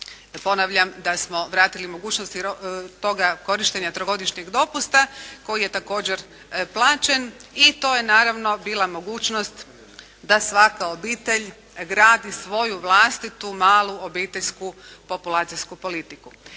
Ponavljam da smo vratili mogućnost toga korištenja trogodišnjeg dopusta koji je također plaćen i to je naravno bila mogućnost da svaka obitelj gradi svoju vlastitu malu obiteljsku populacijsku politiku.